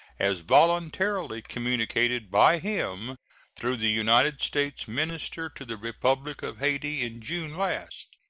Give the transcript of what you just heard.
as voluntarily communicated by him through the united states minister to the republic of hayti in june last.